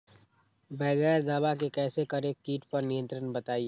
बगैर दवा के कैसे करें कीट पर नियंत्रण बताइए?